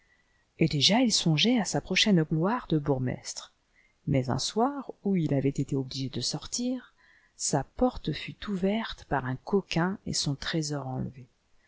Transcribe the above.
et déjà il songeait à sa prochaine gloire de bourgmestre mais un soir où il avait été obligé de sortir sa porte fut ouverte par un coquin et son trésor enlevé